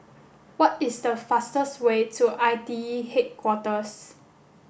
what is the fastest way to I T E Headquarters